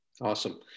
Awesome